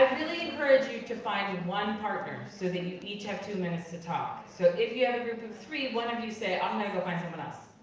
really encourage you to find and one partner so that you each have two minutes to talk. so if you have a group of three, one of you say, i'm gonna go find someone else,